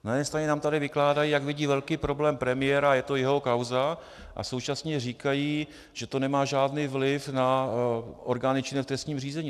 Na jedné straně nám tady vykládají, jak vidí velký problém premiéra, a je to jeho kauza, a současně říkají, že to nemá žádný vliv na orgány činné v trestním řízení.